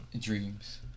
Dreams